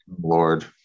Lord